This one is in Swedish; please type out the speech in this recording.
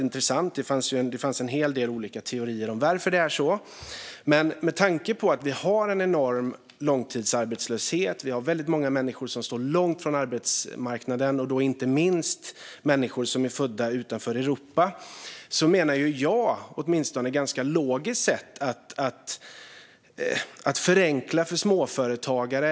Det fanns en hel del olika teorier om varför det är så, och med tanke på att vi har en enorm långtidsarbetslöshet och väldigt många människor som står långt från arbetsmarknaden, inte minst människor som är födda utanför Europa, menar jag att det vore ganska logiskt att förenkla för småföretagare.